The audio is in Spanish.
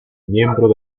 miembro